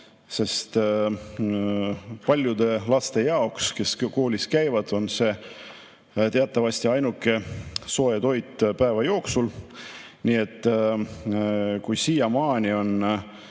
sest paljude laste jaoks, kes koolis käivad, on see teatavasti ainuke soe toit päeva jooksul. Siiamaani on